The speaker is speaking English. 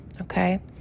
Okay